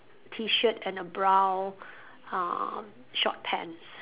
T shirt and a brown uh short pants